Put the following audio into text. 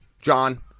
John